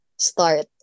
start